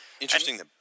Interesting